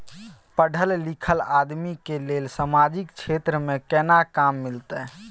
पढल लीखल आदमी के लेल सामाजिक क्षेत्र में केना काम मिलते?